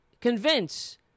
convince